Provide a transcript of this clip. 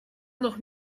noch